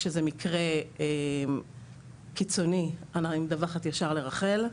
כשזה מקרה קיצוני אני מדווחת ישר לרחל.